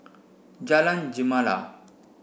Jalan Gemala